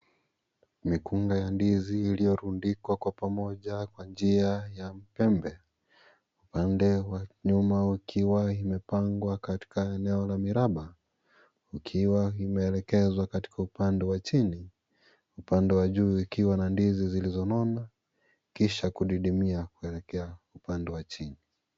Mikunga ya ndizi iliyorundikwa kwa pamoja kwa njia ya pembe , upande wa nyuma ikiwa imepangwa katika eneo la miraba ikiwa imeelekezwa katika upande wa chini , upande wa juu ikiwa na ndizi zizonona kisha kudidimia upande wa chini.